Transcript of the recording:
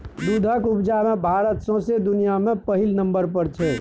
दुधक उपजा मे भारत सौंसे दुनियाँ मे पहिल नंबर पर छै